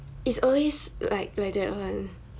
it's always like like that [one]